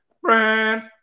Friends